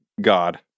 God